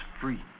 free